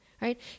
right